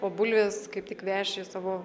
o bulvės kaip tik veši savo